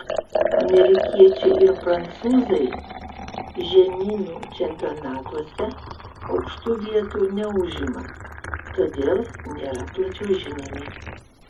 amerikiečiai ir prancūzai žemynų čempionatuose aukštų vietų neužima todėl nėra plačiau žinomi